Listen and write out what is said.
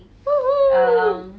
!woohoo!